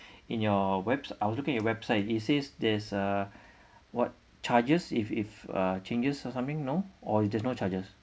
in your webs I was looking at website he says there's a what charges if if uh changes or something you know or it's no charges